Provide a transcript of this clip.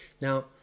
Now